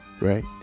right